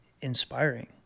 inspiring